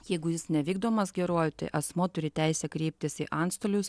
jeigu jis nevykdomas geruoju tai asmuo turi teisę kreiptis į antstolius